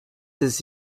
his